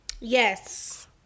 yes